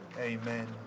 amen